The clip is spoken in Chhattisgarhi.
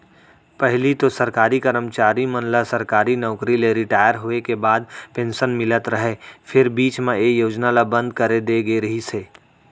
पहिली तो सरकारी करमचारी मन ल सरकारी नउकरी ले रिटायर होय के बाद पेंसन मिलत रहय फेर बीच म ए योजना ल बंद करे दे गे रिहिस हे